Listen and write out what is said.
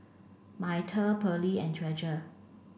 Myrta Pearly and Treasure